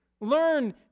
Learn